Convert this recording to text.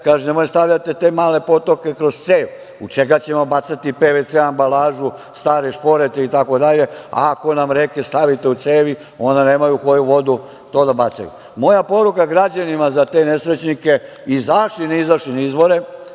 kaže nemojte da stavljate te male potoke kroz cev, u čega ćemo bacati pvc ambalažu, stare šporete i tako dalje, ako nam reke stavite u cevi onda nemaju u koju vodu to da bacaju. Moja poruka građanima za te nesrećnike, izašli ili ne izašli na izbore,